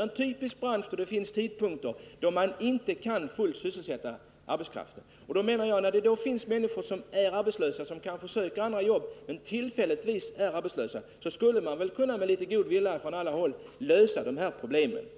en typisk bransch där det blir tillfällen då man inte kan sysselsätta arbetskraften fullt. När det finns människor som är arbetslösa, som kanske söker andra jobb, menar jag att vi med litet god vilja från alla håll borde kunna lösa det här problemet.